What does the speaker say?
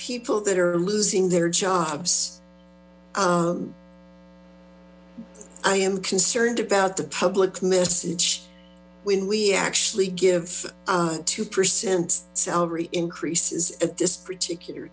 people that are losing their jobs i am concerned about the public message when we actually give two percent salary increases at this particular